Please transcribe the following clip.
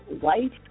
wife